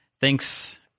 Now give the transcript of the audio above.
Thanks